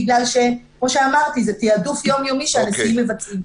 בגלל שכמו שאמרתי זה תעדוף יומיומי שהנשיאים מבצעים.